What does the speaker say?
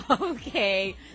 Okay